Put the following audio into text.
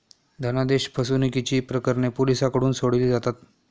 धनादेश फसवणुकीची प्रकरणे पोलिसांकडून सोडवली जातात